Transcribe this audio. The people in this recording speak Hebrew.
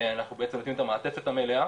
אנחנו בעצם נותנים את המעטפת המלאה,